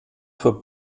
für